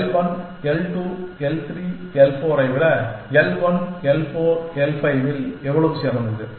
L 1 L 2 L 3 L 4 ஐ விட L 1 L 4 L 5 எவ்வளவு சிறந்தது